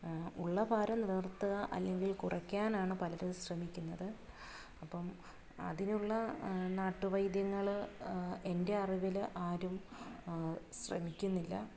ഉള്ള ഭാരം നിലനിർത്തുക അല്ലെങ്കിൽ കുറക്കാനാണ് പലരും ശ്രമിക്കുന്നത് അപ്പം അതിനുള്ള നാട്ട് വൈദ്യങ്ങൾ എൻ്റെ അറിവിൽ ആരും ശ്രമിക്കുന്നില്ല